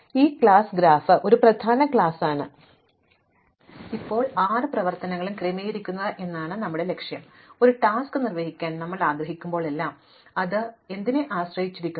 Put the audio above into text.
അതിനാൽ ഈ class graph ഒരു പ്രധാന ക്ലാസാണ് ഇതിന് രണ്ട് പ്രധാന സവിശേഷതകളുണ്ട് ഒന്ന് തീർച്ചയായും അത് സംവിധാനം ചെയ്യുന്നു